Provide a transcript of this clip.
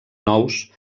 nous